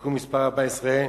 (תיקון מס' 14)